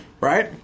Right